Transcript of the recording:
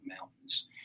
mountains